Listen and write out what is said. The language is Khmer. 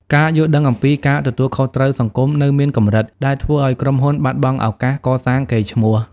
ការយល់ដឹងអំពី "ការទទួលខុសត្រូវសង្គម" នៅមានកម្រិត ដែលធ្វើឱ្យក្រុមហ៊ុនបាត់បង់ឱកាសកសាងកេរ្តិ៍ឈ្មោះ។